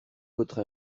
votre